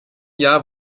jahr